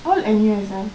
all N_U_S ah